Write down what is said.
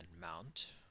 Mount